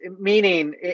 Meaning